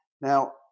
Now